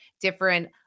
different